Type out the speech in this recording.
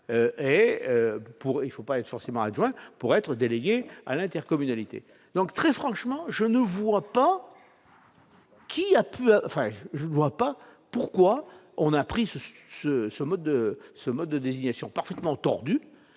qu'il ne faut pas être forcément adjoint pour être délégué à l'intercommunalité. Très franchement, je ne vois pas pourquoi on a retenu ce mode de désignation parfaitement tordu,